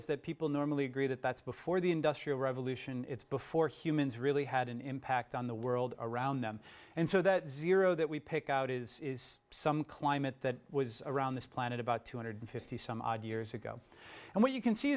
is that people normally agree that that's before the industrial revolution it's before humans really had an impact on the world around them and so that zero that we pick out is some climate that was around this planet about two hundred fifty some odd years ago and what you can see